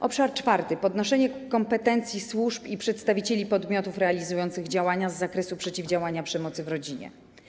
Obszar czwarty - podnoszenie kompetencji służb i przedstawicieli podmiotów realizujących działania z zakresu przeciwdziałania przemocy w rodzinie.